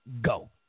go